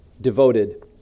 Devoted